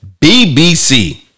BBC